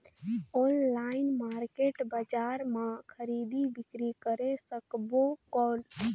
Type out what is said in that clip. Online market बजार मां खरीदी बीकरी करे सकबो कौन?